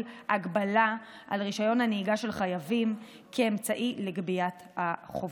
הגבלה על רישיון הנהיגה של חייבים כאמצעי לגביית החובות,